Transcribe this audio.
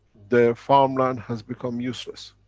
their farmland has become useless.